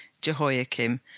Jehoiakim